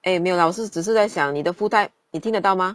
eh 没有啦我是只是在想你的 full time 你听得到吗